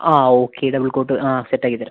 ആ okay double coat ആ സെറ്റാക്കി തരാം